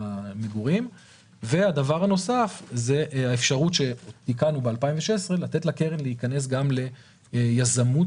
הדבר הנוסף זה האפשרות לתת לקרן להיכנס גם ליזמות